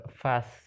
fast